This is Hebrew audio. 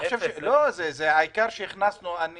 היישובים שבעיקר הכנסנו הם